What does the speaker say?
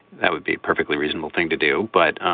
that would be perfectly reasonable thing to do but